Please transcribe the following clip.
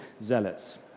zealots